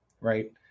right